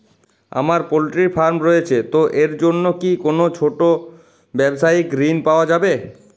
আমার poultry farm রয়েছে তো এর জন্য কি কোনো ছোটো ব্যাবসায়িক ঋণ পাওয়া যাবে?